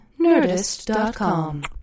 nerdist.com